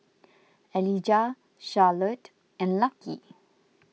Elijah Charlotte and Lucky